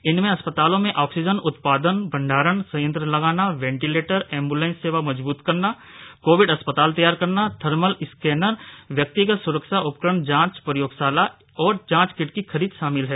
इनमें अस्पतालों में ऑक्सीजन उत्पादन और भंडारण संयंत्र लगाना वेंटिलेटर एम्ब्रलेंस सेवा मजबूत करना कोविड अस्पताल तैयार करना थर्मल स्कैनर व्यक्तिगत सुरक्षा उपकरण जांच प्रयोगशाला और जांच किट की खरीद शामिल है